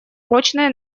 прочными